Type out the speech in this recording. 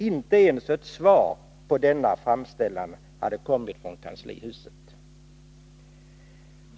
Inte ens ett svar på denna framställan hade kommit från kanslihuset.